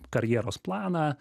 karjeros planą